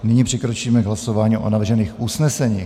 Nyní přikročíme k hlasování o navržených usneseních.